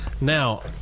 Now